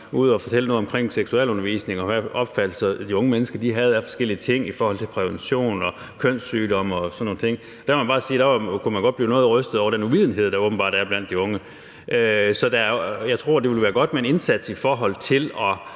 ude at fortælle noget om seksualundervisning og om, hvilke opfattelser de unge mennesker har af forskellige ting i forhold til prævention og kønssygdomme og sådan nogle ting. Der må man bare sige, at man godt kunne blive noget rystet over den uvidenhed, der åbenbart er blandt de unge. Så jeg tror, det ville være godt med en indsats i forhold til at